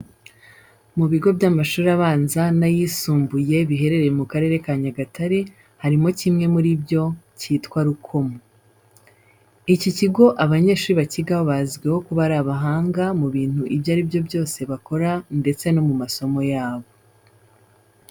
Mu bigo by'amashuri abanza n'ayisumbuye biherereye mu Karere ka Nyagatare harimo kimwe muri byo cyitwa Rukomo. Iki kigo abanyeshuri bakigaho bazwiho kuba abahanga mu bintu ibyo ari byo byose bakora ndetse no mu masomo yabo.